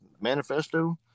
manifesto